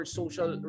social